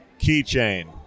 keychain